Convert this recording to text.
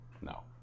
No